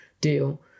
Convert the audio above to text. deal